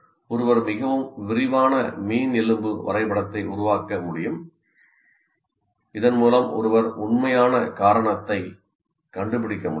ஒருவர் மிகவும் விரிவான மீன் எலும்பு வரைபடத்தை உருவாக்க முடியும் இதன் மூலம் ஒருவர் உண்மையான காரணத்தை களை கண்டுபிடிக்க முடியும்